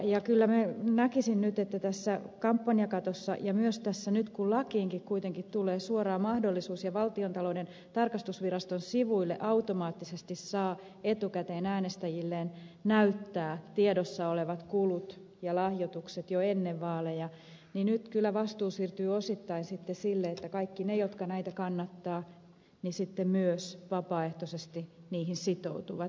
kyllä minä näkisin nyt että tämän kampanjakaton myötä ja myös kun lakiinkin kuitenkin tulee suora mahdollisuus ja valtiontalouden tarkastusviraston sivuille automaattisesti saa etukäteen äänestäjilleen näyttää tiedossa olevat kulut ja lahjoitukset jo ennen vaaleja vastuu siirtyy osittain sitten kaikille niille jotka näitä kannattavat ja sitten myös vapaaehtoisesti niihin sitoutuvat